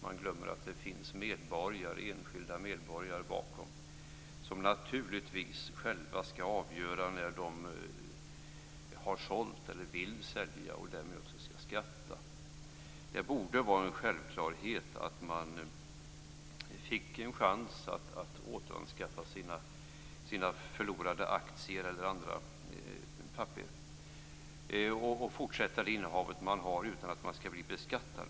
Man glömmer att det finns enskilda medborgare bakom som naturligtvis själva skall avgöra när de har sålt eller vill sälja och därmed också skatta. Det borde vara en självklarhet att man får en chans att återanskaffa sina förlorade aktier eller andra papper och fortsätta sitt innehav utan att man skall bli beskattad.